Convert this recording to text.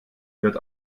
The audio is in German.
wird